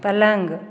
पलङ्ग